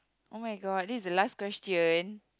oh-my-god this is the last question